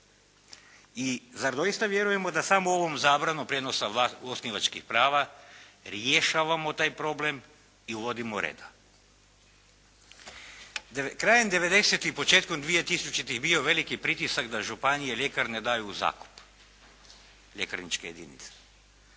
I zar doista vjerujemo da samo ovom zabranom prijenosa osnivačkih prava rješavamo taj problem i uvodimo reda? Krajem 90. i početkom 2000. bio je veliki pritisak da županije ljekarne daju u zakup, ljekarničke jedinice.